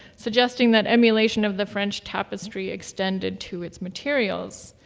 suggesting that emulation of the french tapestry extended to its materials.